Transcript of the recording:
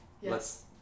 Yes